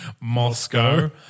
Moscow